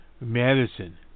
Madison